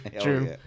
true